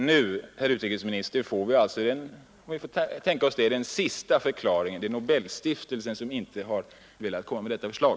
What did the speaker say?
Nu, herr utrikesminister, får vi alltså — får vi väl tänka oss — den sista förklaringen: det är Nobelstiftelsen som inte har velat komma med detta förslag.